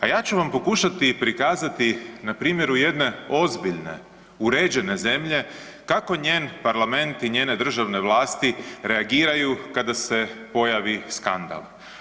A ja ću vam pokušati prikazati na primjeru jedne ozbiljne, uređene zemlje kako njen Parlament i njene državne vlasti reagiraju kada se pojavi skandal.